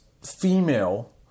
female